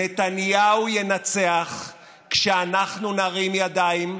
נתניהו ינצח כשאנחנו נרים ידיים,